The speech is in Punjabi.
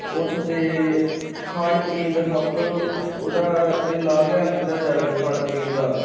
ਉਸ ਦੇ ਖਾਣ ਪੀਣ ਦਾ ਸਭ ਉਹਦਾ ਜੇ ਨਾ ਧਿਆਨ ਦਿੱਤਾ ਜਾਵੇ ਖਾਣ ਪੀਣ ਦਾ